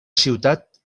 ciutat